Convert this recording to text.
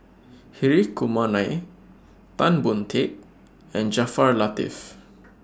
Hri Kumar Nair Tan Boon Teik and Jaafar Latiff